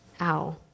Ow